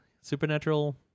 supernatural